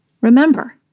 Remember